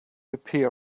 appear